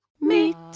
Meet